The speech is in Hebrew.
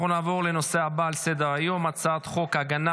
אנחנו נעבור לנושא הבא על סדר-היום הצעת חוק הגנה